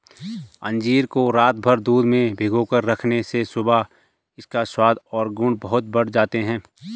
अंजीर को रातभर दूध में भिगोकर रखने से सुबह इसका स्वाद और गुण बहुत बढ़ जाते हैं